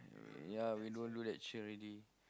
yeah we don't do that shit already